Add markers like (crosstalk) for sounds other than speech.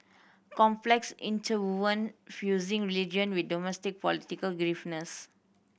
complex interwoven fusing religion with domestic political (unintelligible)